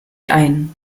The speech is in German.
ein